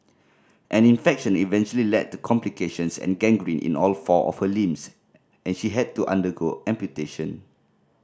an infection eventually led to complications and gangrene in all four of her limbs and she had to undergo amputation